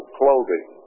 clothing